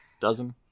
Dozen